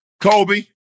Kobe